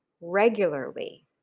regularly